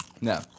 No